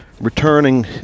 returning